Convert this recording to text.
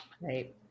Right